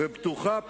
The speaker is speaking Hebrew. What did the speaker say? בטוחה,